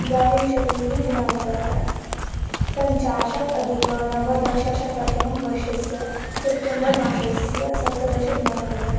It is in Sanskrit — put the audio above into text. द्वाविंशतिः दिनाङ्कः पञ्चाशतधिकं नवदशशततमं वर्षस्य सेप्टेम्बर् मासस्य सप्तदशदिनाङ्कः